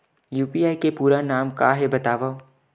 UPI के पूरा नाम का हे बतावव?